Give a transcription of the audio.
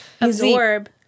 Absorb